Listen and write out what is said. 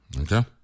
Okay